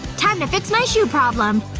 time to fix my shoe problem